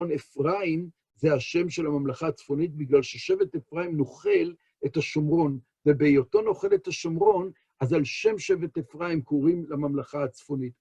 אפרים זה השם של הממלכה הצפונית, בגלל ששבט אפרים נוחל את השומרון, ובהיותו נוחל את השומרון, אז על שם שבט אפרים קוראים לממלכה הצפונית.